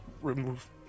remove